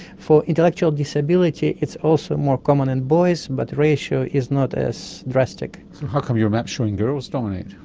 for intellectual disability it's also more common in boys, but the ratio is not as drastic. so how come your map is showing girls dominate?